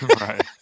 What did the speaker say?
right